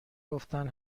گفتن